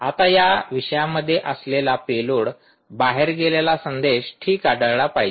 आता या विषयामध्ये असलेला पेलोड बाहेर गेलेला संदेश ठीक आढळला पाहिजे